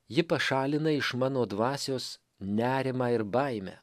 ji pašalina iš mano dvasios nerimą ir baimę